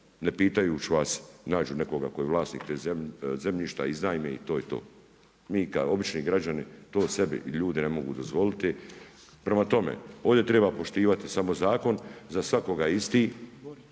ne pitajuć vas nađu nekoga tko je vlasnik tog zemljišta, iznajme i to je to. Mi kao obični građani to sebi i ljudi ne mogu dozvoliti. Prema tome, ovdje triba poštivati samo zakon. Za svakoga je isti